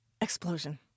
explosion